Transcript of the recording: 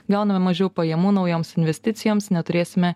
gauname mažiau pajamų naujoms investicijoms neturėsime